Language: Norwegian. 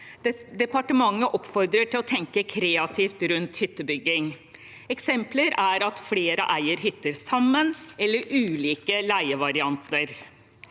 Departementet oppfordrer til å tenke kreativt rundt hyttebygging. Eksempler er at flere eier hytter sammen, eller ulike leievarianter.